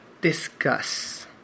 Discuss